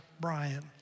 Brian